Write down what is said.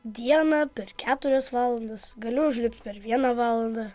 dieną per keturias valandas galiu užlipti per vieną valandą